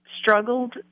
struggled